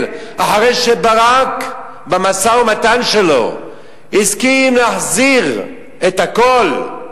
אחרי שברק במשא-ומתן שלו הסכים להחזיר את הכול?